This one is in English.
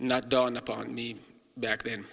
not dawned upon me back then